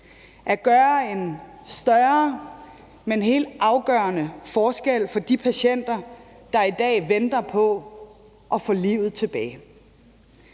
at gøre en større, men helt afgørende forskel for de patienter, der i dag venter på at få livet tilbage.